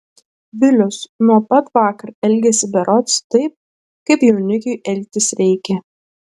vilius nuo pat vakar elgiasi berods taip kaip jaunikiui elgtis reikia